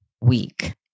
week